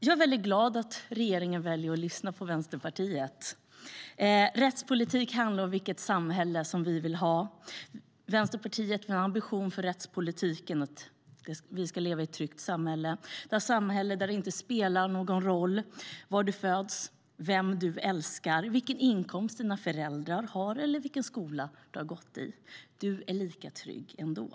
Jag är glad över att regeringen väljer att lyssna på Vänsterpartiet. Rättspolitik handlar om vilket samhälle vi vill ha. Vänsterpartiets ambition för rättspolitiken är ett tryggt samhälle, ett samhälle där det inte spelar någon roll var du föds, vem du älskar, vilken inkomst dina föräldrar har eller vilken skola du går i. Du är lika trygg ändå.